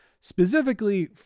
specifically